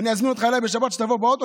אני אזמין אותך אליי בשבת שתבוא באוטו,